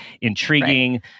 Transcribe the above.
intriguing